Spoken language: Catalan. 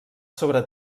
sobre